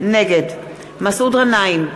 נגד מסעוד גנאים,